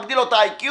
מגדיל לו את ה-IQ?